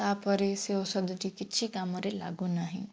ତା'ପରେ ସେ ଔଷଧଟି କିଛି କାମରେ ଲାଗୁନାହିଁ